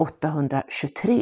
823